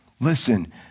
Listen